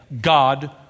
God